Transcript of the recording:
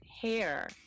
hair